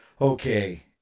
okay